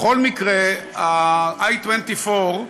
בכל מקרה, ה-i24,